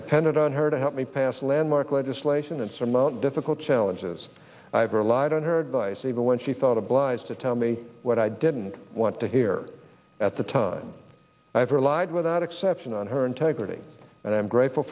depended her to help me pass landmark legislation and surmount difficult challenges i have relied on her advice even when she thought obliged to tell me what i didn't want to hear at the time i have relied without exception on her integrity and i am grateful